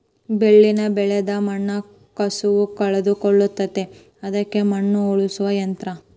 ಬೆಳಿನ ಬೆಳದ ಮಣ್ಣ ಕಸುವ ಕಳಕೊಳಡಿರತತಿ ಅದಕ್ಕ ಮಣ್ಣ ಹೊಳ್ಳಸು ಯಂತ್ರ